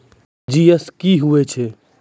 RTGS की होय छै?